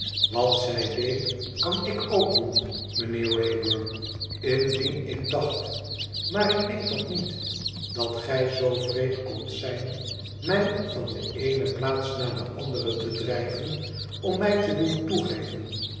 wat zij deed kan ik ook doen mijnheer wraybum indien ik dacht maar ik denk dat niet dat gij zoo wreed kondt zijn mij van de eene plaats naar de andere te drijven om mij te doen toegeven